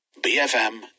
BFM